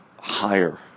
higher